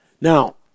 Now